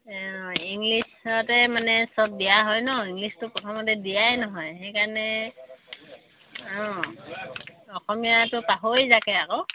ইংলিছতে মানে চব দিয়া হয় ন ইংলিছটো প্ৰথমতে দিয়াই নহয় সেইকাৰণে অঁ অসমীয়াটো পাহৰি যায়গে আকৌ